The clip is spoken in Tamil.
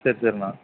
சரி சரிண்ணா